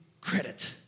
credit